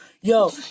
Yo